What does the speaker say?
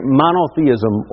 monotheism